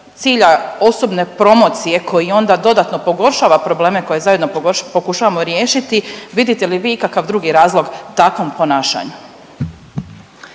cilja osobne promocije koji onda dodatno pogoršava probleme koje zajedno pokušavamo riješiti vidite li ikakav drugi razlog takvom ponašanju?